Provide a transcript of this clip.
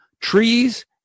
trees